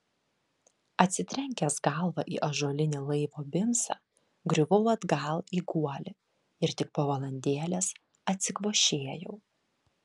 atsitrenkęs galva į ąžuolinį laivo bimsą griuvau atgal į guolį ir tik po valandėlės atsikvošėjau